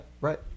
right